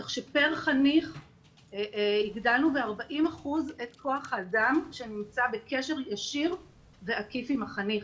כך שפר חניך הגדלנו ב-40% את כוח האדם שנמצא בקשר ישיר ועקיף עם החניך.